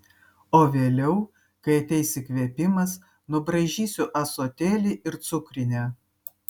o vėliau kai ateis įkvėpimas nubraižysiu ąsotėlį ir cukrinę